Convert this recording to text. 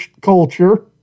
culture